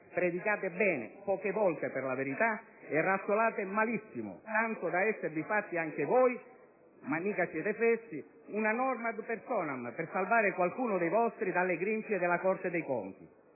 Predicate bene - poche volte, per la verità - e razzolate malissimo, tanto da esservi fatti anche voi - mica siete fessi! - una norma *ad personam* per salvare qualcuno dei vostri dalle grinfie della Corte dei conti.